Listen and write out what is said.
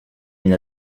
n’a